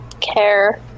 care